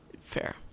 fair